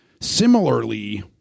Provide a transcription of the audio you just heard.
Similarly